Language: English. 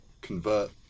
convert